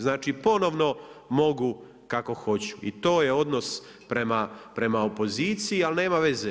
Znači ponovno mogu kako hoću i to je odnos prema opoziciji, ali nema veze.